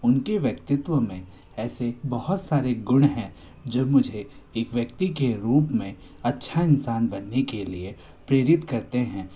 उनके व्यक्तित्व में ऐसे बहुत सारे गुण हैं जब मुझे एक व्यक्ति के रूप में अच्छा इंसान बनने के लिए प्रेरित करते हैं